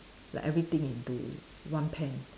like everything into one pan